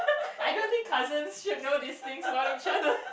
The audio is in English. I don't think cousins should know these things about each other